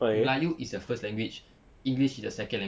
melayu is a first language english is their second language